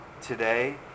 Today